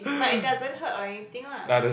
but it doesn't hurt or anything lah